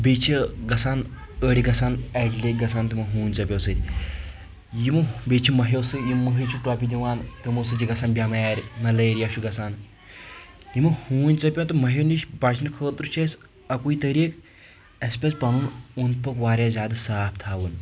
بیٚیہِ چھِ گژھان أڈۍ گژھان اڈِ لیٚکۍ گژھان تِمو ہوٗنۍ ژپٮ۪و سۭتۍ یِمو بیٚیہِ چھِ مہٮ۪و سۭتۍ یِم مٔہۍ چھِ ٹۄپہٕ دِوان تِمو سۭتۍ چھِ گژھان بٮ۪مارِ ملیریا چھُ گژھان یِمو ہوٗنۍ ژپٮ۪و تہٕ مہٮ۪و نِش بچنہٕ خٲطرٕ چھُ اسہِ اکُے طٔریٖق اسہِ پزِ پنُن اوٚند پوٚک واریاہ زیادٕ صاف تھاوُن